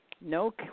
no